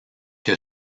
que